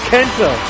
Kenta